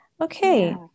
Okay